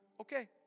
Okay